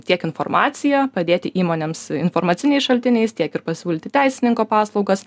tiek informaciją padėti įmonėms informaciniais šaltiniais tiek ir pasiūlyti teisininko paslaugas